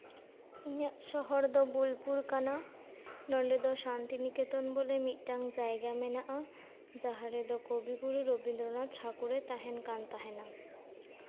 ᱤᱧᱟᱹᱜ ᱥᱚᱦᱚᱨ ᱫᱚ ᱵᱳᱞᱯᱩᱨ ᱠᱟᱱᱟ ᱱᱚᱰᱮ ᱫᱚ ᱥᱟᱱᱛᱤᱱᱤᱠᱮᱛᱚᱱ ᱵᱚᱞᱮ ᱢᱤᱫᱴᱟᱱ ᱡᱟᱭᱜᱟ ᱢᱮᱱᱟᱜᱼᱟ ᱡᱟᱦᱟᱸ ᱨᱮᱫᱚ ᱠᱚᱵᱤᱜᱩᱨᱩ ᱨᱤᱵᱤᱱᱫᱚᱨᱚᱱᱟᱛᱷ ᱴᱷᱟᱹᱠᱩᱨᱮ ᱛᱟᱦᱮᱱ ᱠᱟᱱ ᱛᱟᱦᱮᱱᱟ